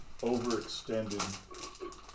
overextended